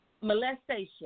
molestation